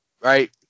right